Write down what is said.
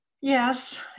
Yes